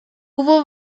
tuvo